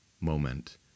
moment